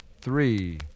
Three